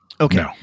Okay